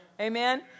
Amen